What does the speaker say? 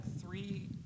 three